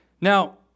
Now